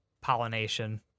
Pollination